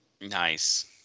Nice